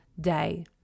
day